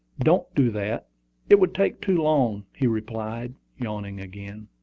don't do that it would take too long, he replied, yawning again.